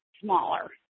smaller